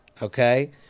Okay